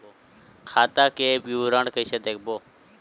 खाता के विवरण कइसे देखबो?